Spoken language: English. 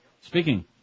Speaking